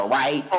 right